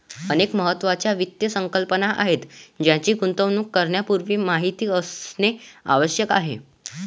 अनेक महत्त्वाच्या वित्त संकल्पना आहेत ज्यांची गुंतवणूक करण्यापूर्वी माहिती असणे आवश्यक आहे